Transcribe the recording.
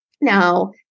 Now